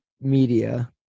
media